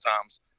times